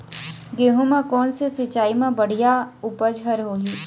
गेहूं म कोन से सिचाई म बड़िया उपज हर होही?